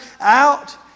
out